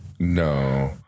No